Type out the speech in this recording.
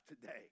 today